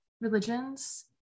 religions